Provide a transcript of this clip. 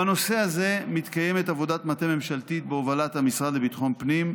בנושא הזה מתקיימת עבודת מטה ממשלתית בהובלת המשרד לביטחון הפנים,